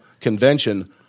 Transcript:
convention